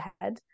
ahead